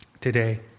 today